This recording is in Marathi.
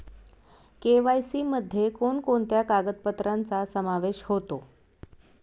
के.वाय.सी मध्ये कोणकोणत्या कागदपत्रांचा समावेश होतो?